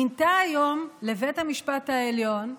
מינתה היום לבית המשפט העליון חברה,